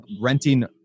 renting